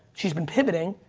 she's been pivoting.